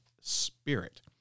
spirit